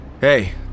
Hey